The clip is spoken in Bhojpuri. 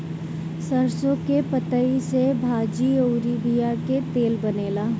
सरसों के पतइ से भाजी अउरी बिया के तेल बनेला